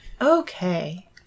Okay